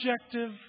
objective